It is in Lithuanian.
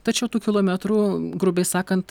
tačiau tų kilometrų grubiai sakant